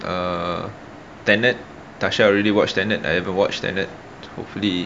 err tenet tasha already watch tenet I haven't watch tenet hopefully